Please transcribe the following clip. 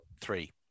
three